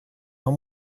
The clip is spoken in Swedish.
har